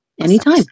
anytime